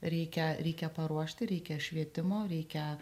reikia reikia paruošti reikia švietimo reikia